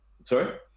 Sorry